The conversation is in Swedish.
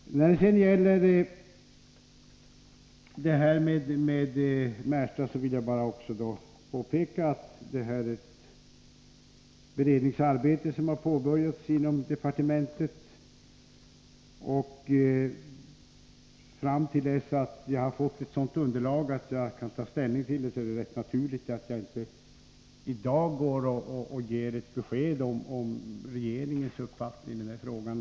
När det gäller bron över järnvägen vid Märsta vill jag påpeka att ett beredningsarbete påbörjats inom departementet. Först sedan det är klart har jag ett sådant underlag att jag kan ta ställning. Det är därför rätt naturligt att jaginte i dag ger ett besked om regeringens uppfattning i den här frågan.